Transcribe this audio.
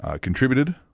contributed